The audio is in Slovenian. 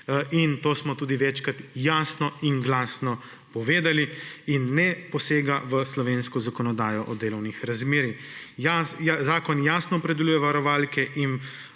in to smo tudi večkrat jasno in glasno povedali. In ne posega v slovensko zakonodajo o delovnih razmerjih. Zakon jasno opredeljuje varovalke in